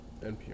NPR